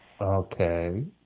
Okay